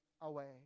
away